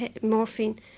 Morphine